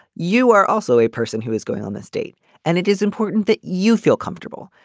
you are also a person who is going on this date and it is important that you feel comfortable.